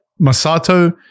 Masato